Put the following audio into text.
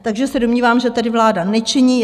Takže se domnívám, že tedy vláda nečiní.